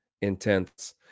intense